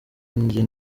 njye